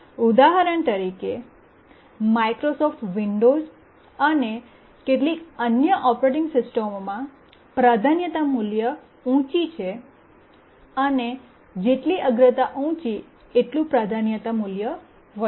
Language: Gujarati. ઉદાહરણ તરીકે માઇક્રોસોફ્ટ વિંડોઝ અને કેટલીક અન્ય ઓપરેટિંગ સિસ્ટમોમાં પ્રાધાન્યતા મૂલ્ય ઊંચી છે અને જેટલી અગ્રતા ઊંચી એટલું પ્રાધાન્યતા મૂલ્ય વધારે